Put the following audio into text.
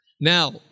Now